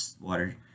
water